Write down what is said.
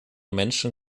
menschen